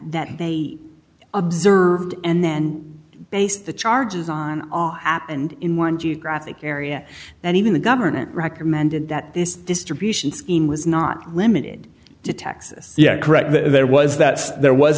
that they observed and then base the charges on happened in one geographic area that even the government recommended that this distribution scheme was not limited to texas correct that there was that there was